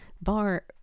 bar